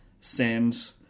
send